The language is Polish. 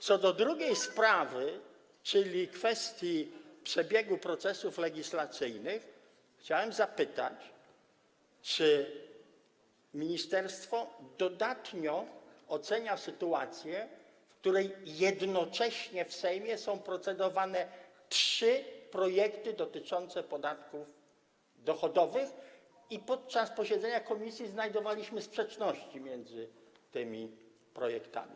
Co do drugiej sprawy, czyli kwestii przebiegu procesów legislacyjnych, chciałem zapytać, czy ministerstwo dodatnio ocenia sytuację, kiedy w Sejmie jednocześnie są procedowane trzy projekty dotyczące podatków dochodowych, a podczas posiedzenia komisji znajdowaliśmy sprzeczności między tymi projektami?